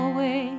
Away